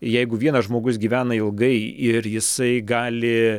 jeigu vienas žmogus gyvena ilgai ir jisai gali